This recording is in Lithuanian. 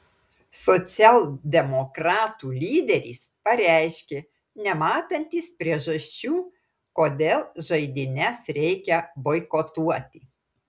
socialdemokratų lyderis pareiškė nematantis priežasčių kodėl žaidynes reikia boikotuoti